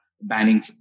banning